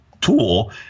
tool